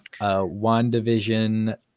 WandaVision